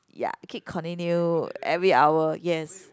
ya keep continue every hour yes